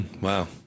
Wow